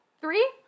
Three